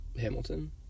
Hamilton